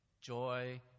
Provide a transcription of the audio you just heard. joy